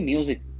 Music